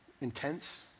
Intense